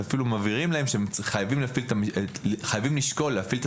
ואפילו מבהירים להם שהם חייבים לשקול להפעיל את